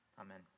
Amen